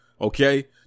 okay